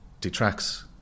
detracts